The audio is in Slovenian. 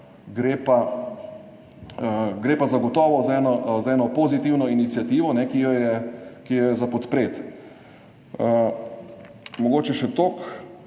gre pa zagotovo za eno pozitivno iniciativo, ki jo je podpreti. Mogoče še toliko.